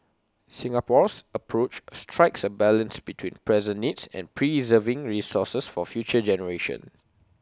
Singapore's approach strikes A balance between present needs and preserving resources for future generations